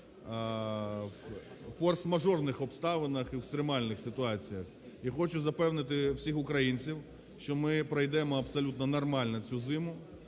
в форс-мажорних обставинах, і в екстремальних ситуаціях. І хочу запевнити всіх українців, що ми пройдемо абсолютно нормально цю зиму,